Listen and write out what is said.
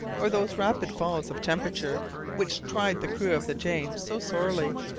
or those rapid falls of temperature which tried the crew of the jane so sorely.